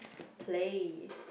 play